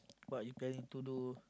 what you planning to do